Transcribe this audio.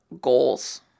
goals